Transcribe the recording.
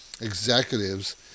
executives